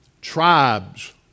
tribes